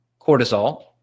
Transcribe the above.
cortisol